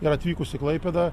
ir atvykus į klaipėdą